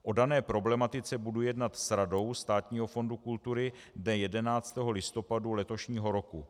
O dané problematice budu jednat s Radou Státního fondu kultury dne 11. listopadu letošního roku.